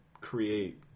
create